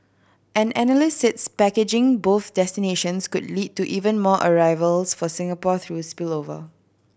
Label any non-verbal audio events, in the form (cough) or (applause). an analyst said (unintelligible) packaging both destinations could lead to even more arrivals for Singapore through spillover